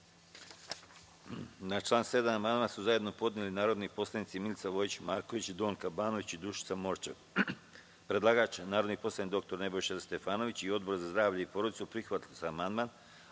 Na član 7. amandman su zajedno podneli narodni poslanici Milica Vojić Marković, Donka Banović i Dušica Morčev. Predlagač narodni poslanik dr Nebojša Stefanović i Odbor za zdravlje i porodicu prihvatili su amandman. Odbor